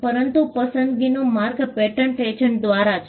પરંતુ પસંદગીનો માર્ગ પેટન્ટ એજન્ટ દ્વારા છે